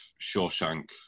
Shawshank